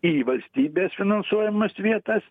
į valstybės finansuojamas vietas